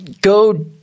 Go